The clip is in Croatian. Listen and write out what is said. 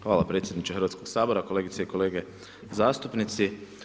Hvala predsjedniče Hrvatskog sabora, kolegice i kolege zastupnici.